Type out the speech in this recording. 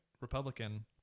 Republican